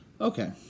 okay